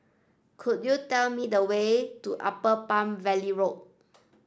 could you tell me the way to Upper Palm Valley Road